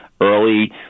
early